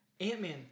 Ant-Man